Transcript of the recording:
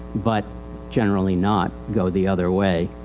but generally not go the other way.